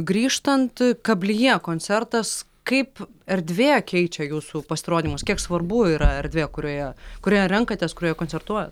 grįžtant kablyje koncertas kaip erdvė keičia jūsų pasirodymus kiek svarbu yra erdvė kurioje kurią renkatės kurioje koncertuoja